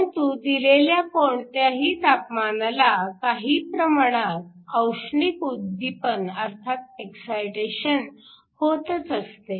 परंतु दिलेल्या कोणत्याही तापमानाला काही प्रमाणात औष्णिक उद्दीपन अर्थात एक्सायटेशन होतच असते